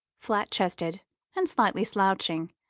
flat-chested and slightly slouching,